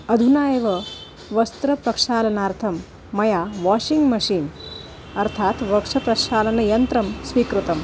अधुना एव वस्त्रप्रक्षालनार्थं मया वाशिङ्ग् मशीन् अर्थात् वक्षप्रक्षालनयन्त्रं स्वीकृतम्